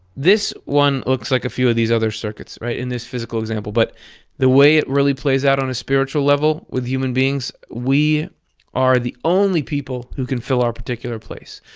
this one looks like a few of these other circuits in this physical example, but the way it really plays out on a spiritual level with human beings, we are the only people who can fill our particular place.